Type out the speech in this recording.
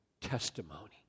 testimony